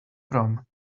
from